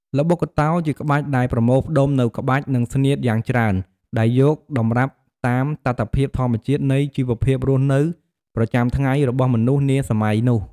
ល្បុក្កតោជាក្បាច់ដែលប្រមូលផ្តុំនូវក្បាច់ និងស្នៀតយ៉ាងច្រើនដែលយកតម្រាប់តាមតថភាពធម្មជាតិនៃជីវភាពរស់នៅប្រចាំថ្ងៃរបស់មនុស្សនាសម័យនោះ។